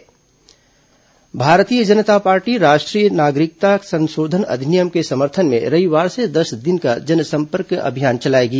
Bhajpa CAA जनसंपर्क अभियान Bharatiya Janata party राष्ट्रीय नागरिकता संशोधन अधिनियम के समर्थन में रविवार से दस दिन का जनसंपर्क अभियान चलाएगी